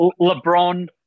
LeBron